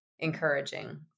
encouraging